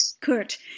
Kurt